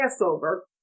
Passover